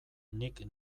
nik